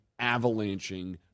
avalanching